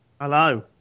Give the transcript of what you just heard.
Hello